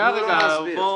אני מסביר.